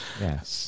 Yes